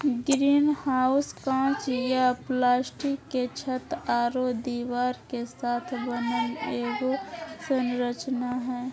greenhouse काँच या plastic के छत आरो दीवार के साथ बनल एगो संरचना हइ